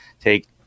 take